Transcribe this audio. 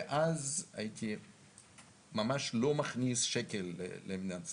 ואז הייתי ממש לא מכניס שקל למדינת ישראל,